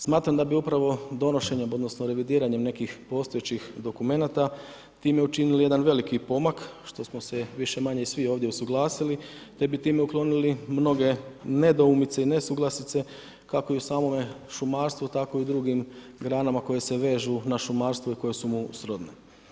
Smatram da bi upravo donošenjem, odnosno, revidiranjem nekih postojećih dokumenata, time učinjeni veliki pomak što smo se više-manja svi ovdje usuglasili, jer bi time uklonili mnoge nedoumice i nesuglasice, kako u samome šumarstvu, tako i u drugim granama, koje se vežu na šumarstvu i koje su mu srodne.